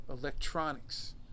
electronics